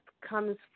comes